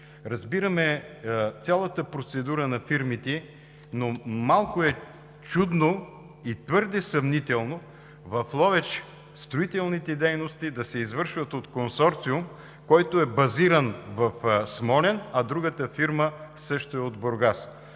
Разбираме цялата процедура на фирмите, но малко е чудно и твърде съмнително в Ловеч строителните дейности да се извършват от консорциум, който е базиран в Смолян, а другата фирма също е от Бургас.